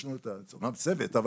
יש לנו אמנם את צוות אבל